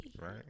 Right